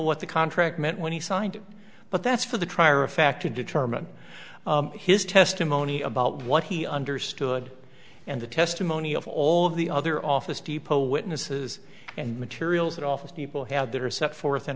what the contract meant when he signed but that's for the trier of fact to determine his testimony about what he understood and the testimony of all of the other office depot witnesses and materials that office people have that are set forth